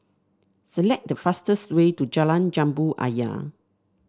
select the fastest way to Jalan Jambu Ayer